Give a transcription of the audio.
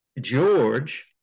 George